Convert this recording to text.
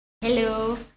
hello